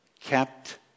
kept